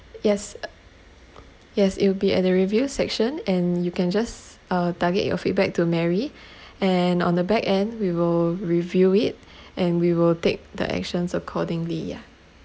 yes uh yes it will be at the review section and you can just uh target your feedback to mary and on the back end we will review it and we will take the actions accordingly yeah